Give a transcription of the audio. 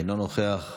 אינו נוכח.